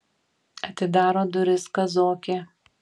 atidaro duris kazokė